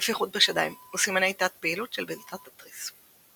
נפיחות בשדיים וסימני תת-פעילות של בלוטת התריס.